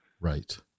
Right